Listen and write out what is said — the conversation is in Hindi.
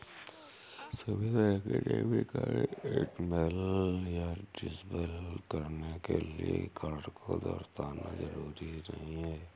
सभी तरह के डेबिट कार्ड इनेबल या डिसेबल करने के लिये कार्ड को दर्शाना जरूरी नहीं है